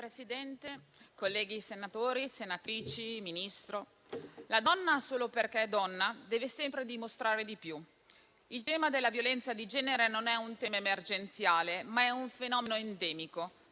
Presidente, colleghi senatori e senatrici, signor Ministro, la donna, solo perché è donna, deve sempre dimostrare di più. Il tema della violenza di genere non è emergenziale, ma è un fenomeno endemico,